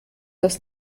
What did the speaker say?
das